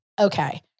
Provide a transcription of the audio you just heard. okay